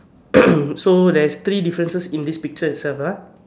so theres three difference in this picture itself